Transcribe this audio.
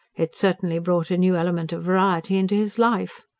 it certainly brought a new element of variety into his life.